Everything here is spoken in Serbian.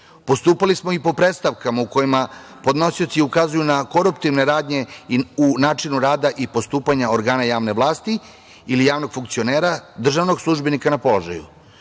Postupali smo i po predstavkama u kojima podnosioci ukazuju na koruptivne radnje u načinu rada i postupanja organa javne vlasti ili javnog funkcionera, državnog službenika na položaju. Struktura